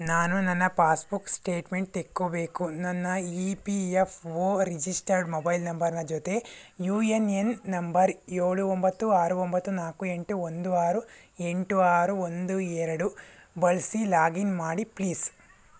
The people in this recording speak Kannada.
ನಾನು ನನ್ನ ಪಾಸ್ಬುಕ್ ಸ್ಟೇಟ್ಮೆಂಟ್ ತೆಕ್ಕೋಬೇಕು ನನ್ನ E P F O registered mobile ನಂಬರ್ನ ಜೊತೆ ಯು ಎನ್ ಎನ್ ನಂಬರ್ ಏಳು ಒಂಬತ್ತು ಆರು ಒಂಬತ್ತು ನಾಲ್ಕು ಎಂಟು ಒಂದು ಆರು ಎಂಟು ಆರು ಒಂದು ಎರಡು ಬಳಸಿ ಲಾಗಿನ್ ಮಾಡಿ ಪ್ಲೀಸ್